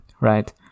right